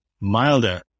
Milder